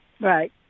Right